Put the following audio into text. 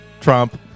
Trump